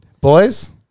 Boys